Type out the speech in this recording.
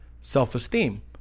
self-esteem